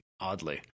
oddly